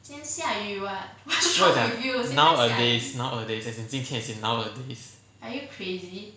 没有我讲 nowadays nowadays as in 今天 as in nowadays